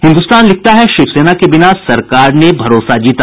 हिन्दुस्तान लिखता है शिव सेना के बिना सरकार ने भरोसा जीता